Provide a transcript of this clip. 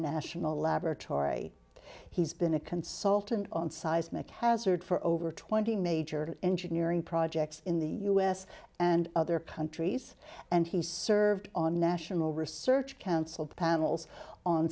national laboratory he's been a consultant on seismic hazard for over twenty major engineering projects in the u s and other countries and he served on national research council panels on